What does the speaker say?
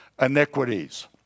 iniquities